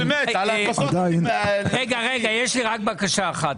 יש לי בקשה אחת.